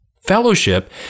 Fellowship